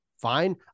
fine